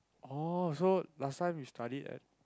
oh so last time you studied at